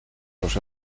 los